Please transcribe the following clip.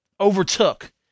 overtook